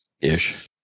Ish